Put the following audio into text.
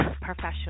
professional